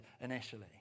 initially